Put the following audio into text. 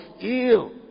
ill